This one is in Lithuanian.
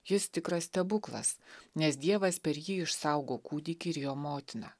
jis tikras stebuklas nes dievas per jį išsaugo kūdikį ir jo motiną